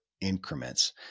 increments